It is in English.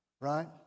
right